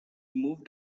moved